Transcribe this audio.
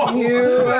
um you